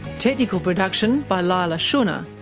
technical production by leila shunnar,